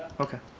okay,